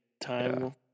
time